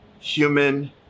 human